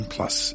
Plus